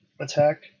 attack